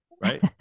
right